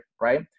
right